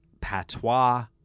patois